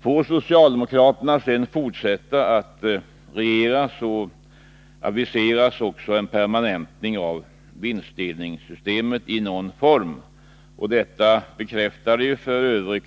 Får socialdemokraterna sedan fortsätta att regera, genomförs också en aviserad permanentning i någon form av vinstdelningssystemet. Detta bekräftades f. ö.